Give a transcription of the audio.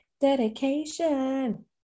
Dedication